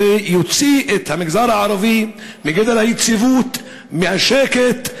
תוציא את המגזר הערבי מגדר היציבות, מהשקט.